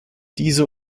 diese